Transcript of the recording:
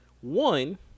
One